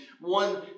one